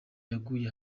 yaguye